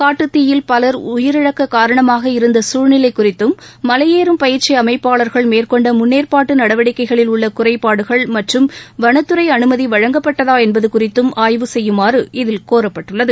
காட்டுத்தீயில் பவர் உயிரிழக்க காரணமாக இருந்த சூழ்நிலை குறித்தும் மலையேறும் பயிற்சி அமைப்பாளர்கள் மேற்கொண்ட முன்னேற்பாட்டு நடவடிக்கைகளில் உள்ள குறைபாடுகள் மற்றும் வனத்துறை அனுமதி வழங்கப்பட்டதா என்பது குறித்தும் ஆய்வு செய்யுமாறு இதில் கோரப்பட்டுள்ளது